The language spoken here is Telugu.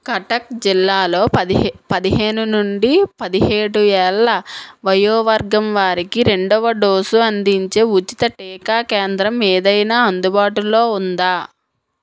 కటక్ జిల్లాలో పదిహేను నుండి పదిహేడు ఏళ్ళ వయోవర్గం వారికి రెండవ డోసు అందించే ఉచిత టీకా కేంద్రం ఏదైనా అందుబాటులో ఉందా